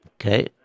Okay